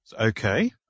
okay